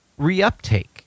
reuptake